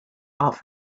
off